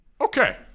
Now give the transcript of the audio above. Okay